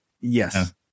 yes